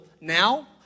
now